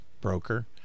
broker